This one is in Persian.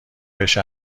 بشه